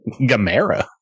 Gamera